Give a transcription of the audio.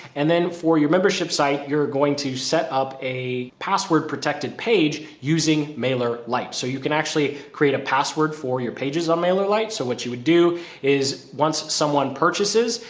and then for your membership site, you're going to set up a password protected page, using mailerlite. so you can actually create a password for your pages on mailerlite. so what you would do is once someone purchases,